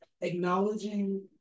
acknowledging